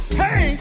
hey